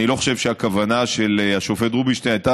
אני לא חושב שהכוונה של השופט רובינשטיין הייתה